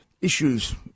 issues